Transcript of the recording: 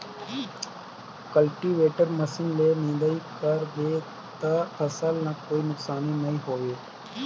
cultivator machine ले निंदई कर बे त फसल ल कोई नुकसानी नई होये